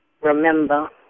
remember